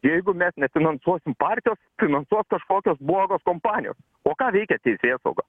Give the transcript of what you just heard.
jeigu mes nefinansuosim partijos finansuos kažkokios blogos kompanijos o ką veikia teisėsauga